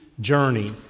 journey